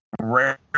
Rare